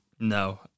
No